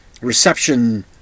reception